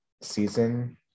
season